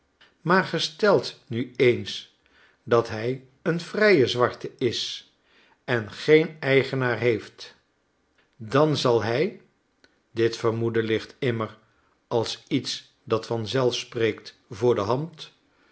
maar gesteld nu eens dat hij een vrije zwarte is en geen eigenaar heeft dan zal hij dit vermoeden ligt immer als iets dat vanzelf spreekt voor de hand